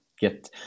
get